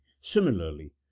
Similarly